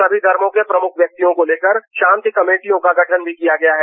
सभी धर्मों के प्रमुख व्यक्तियों को लेकर शांति कमेटियों का गठन भी किया गया है